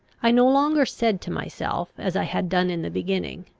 i no longer said to myself, as i had done in the beginning,